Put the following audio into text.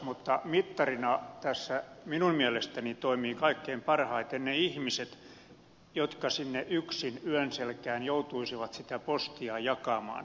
mutta mittarina tässä minun mielestäni toimivat kaikkein parhaiten ne ihmiset jotka yksin sinne yön selkään joutuisivat sitä postia jakamaan hehän tuntevat tämän asian